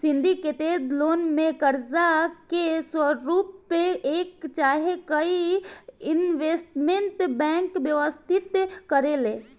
syndicated loan में कर्जा के स्वरूप एक चाहे कई इन्वेस्टमेंट बैंक व्यवस्थित करेले